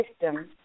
system